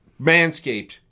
manscaped